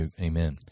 Amen